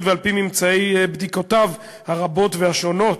ועל-פי ממצאי בדיקותיו הרבות והשונות,